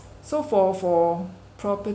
so for for property